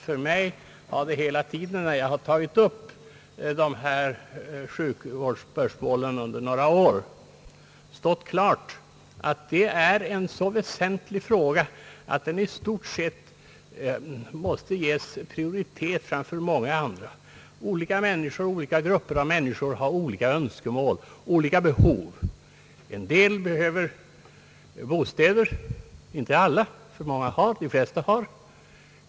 För mig har det hela tiden, när jag tagit upp dessa sjukvårdsspörsmål i flera år, stått klart att det är en så väsentlig fråga, att den i stort sett måste ges prioritet framför många andra. Olika människor och olika grupper av människor har olika önskemål och olika behov. En del behöver bostäder — inte alla, ty de flesta har.